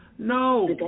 No